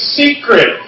secret